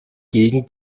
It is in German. gegen